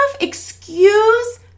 Excuse